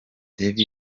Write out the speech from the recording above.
david